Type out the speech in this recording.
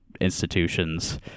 institutions